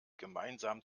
gemeinsam